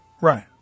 Right